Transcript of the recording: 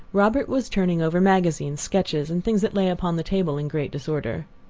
robert was turning over magazines, sketches, and things that lay upon the table in great disorder.